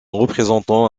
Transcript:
représentant